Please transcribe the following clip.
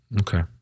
Okay